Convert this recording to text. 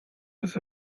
was